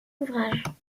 ouvrages